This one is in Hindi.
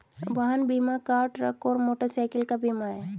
वाहन बीमा कार, ट्रक और मोटरसाइकिल का बीमा है